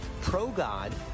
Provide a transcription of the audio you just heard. pro-God